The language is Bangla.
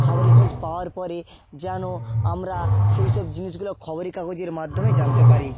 খবরের কাগজ পাওয়ার পরে যেন আমরা সেই সব জিনিসগুলো খবরে কাগজের মাধ্যমে জানতে পারি